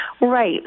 Right